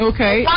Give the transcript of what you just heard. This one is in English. Okay